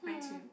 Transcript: mine too